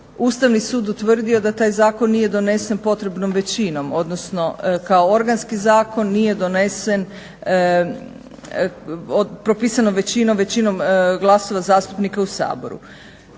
Ustavni sud utvrdio da taj zakon nije donesen potrebnom većinom, odnosno kao organski zakon nije donesen propisanom većinom, većinom glasova zastupnika u Saboru.